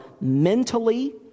mentally